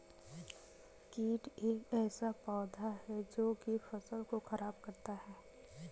कीट एक ऐसा पौधा है जो की फसल को खराब करता है